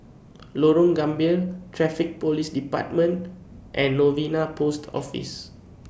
Lorong Gambir Traffic Police department and Novena Post Office